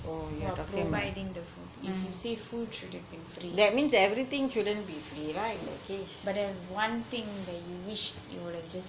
or providing the food if you say food should have been free but there's one thing that you wish you would have just